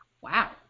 Wow